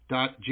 Dot